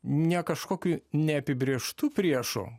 ne kažkokiu neapibrėžtu priešu